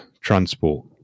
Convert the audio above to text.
transport